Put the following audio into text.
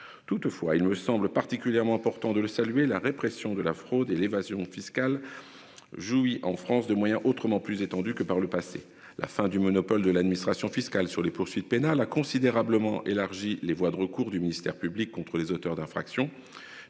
Toutefois il me semble particulièrement important de le saluer, la répression de la fraude et l'évasion fiscale. Jouit en France de moyens autrement plus étendu que par le passé, la fin du monopole de l'administration fiscale sur les poursuites pénales a considérablement élargi les voies de recours du ministère public contre les auteurs d'infractions